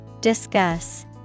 Discuss